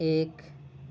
ایک